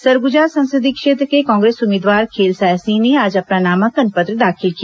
सरगुजा संसदीय क्षेत्र के कांग्रेस उम्मीदवार खेलसाय सिंह ने आज अपना नामांकन पत्र दाखिल किया